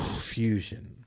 Fusion